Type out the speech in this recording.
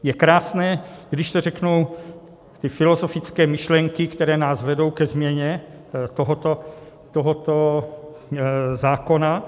Je krásné, když to řeknu, ty filozofické myšlenky, které nás vedou ke změně tohoto zákona.